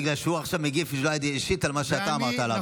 בגלל שהוא עכשיו מגיב בהודעה אישית על מה שאתה אמרת עליו.